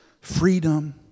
freedom